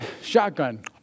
Shotgun